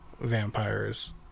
vampires